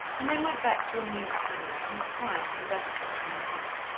and then went back to amuse pamela, who was crying and restless from the heat.